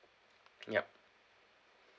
ya